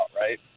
right